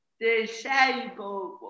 disabled